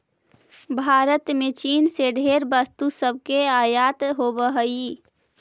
भारत में चीन से ढेर वस्तु सब के आयात होब हई